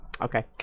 okay